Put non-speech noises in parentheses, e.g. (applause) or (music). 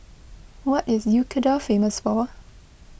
what is (unintelligible) famous for